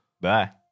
Bye